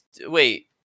wait